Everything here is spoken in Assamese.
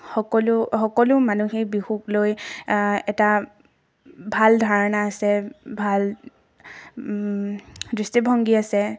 সকলো সকলো মানুহেই বিহুক লৈ এটা ভাল ধাৰণা আছে ভাল দৃষ্টিভংগী আছে